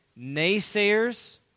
naysayers